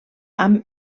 amb